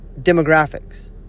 demographics